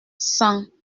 cents